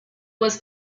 was